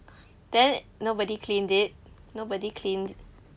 then nobody cleaned it nobody clean